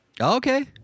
Okay